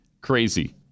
Crazy